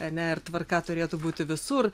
ar ne ir tvarka turėtų būti visur